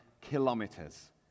kilometers